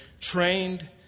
trained